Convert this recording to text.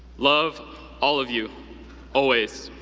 love all of you always.